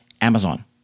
Amazon